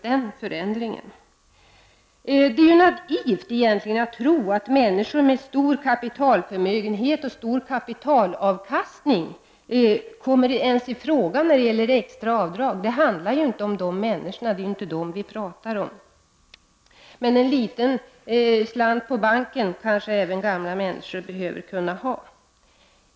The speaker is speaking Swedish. Det är egentligen naivt att tro att människor med stor kapitalförmögenhet och kapitalavkastning ens kommer i fråga när det gäller extraavdrag. Det handlar inte om dessa människor, det är inte dessa vi talar om. Men en liten slant på banken kanske även gamla människor behöver kunna ha.